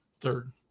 Third